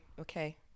Okay